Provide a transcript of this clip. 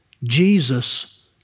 Jesus